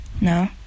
No